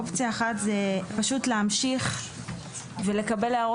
אופציה אחת זה פשוט להמשיך לדון